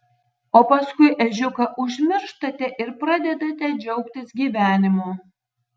o paskui ežiuką užmirštate ir pradedate džiaugtis gyvenimu